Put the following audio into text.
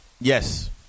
Yes